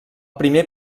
primer